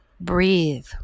breathe